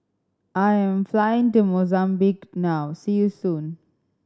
I am flying to Mozambique now see you soon